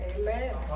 Amen